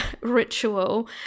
ritual